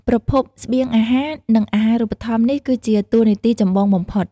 ប្រភពស្បៀងអាហារ និងអាហារូបត្ថម្ភ នេះគឺជាតួនាទីចម្បងបំផុត។